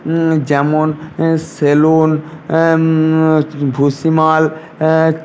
যেমন সেলুন ভূষিমাল